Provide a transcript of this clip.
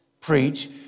preach